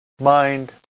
mind